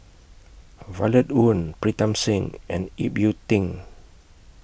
Violet Oon Pritam Singh and Ip Yiu Tung